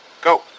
Go